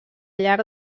llarg